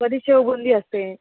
कधी शेवबुंदी असते